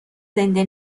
زنده